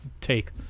take